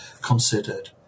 considered